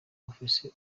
bufise